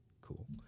cool